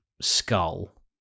skull